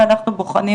ואנחנו בוחנים